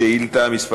שאילתה מס'